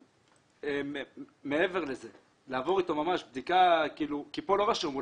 הפיגום, לעשות בדיקה ממשית", כי פה לא רשום.